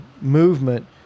movement